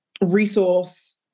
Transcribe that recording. resource